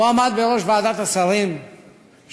הוא עמד בראש ועדת השרים שהתוותה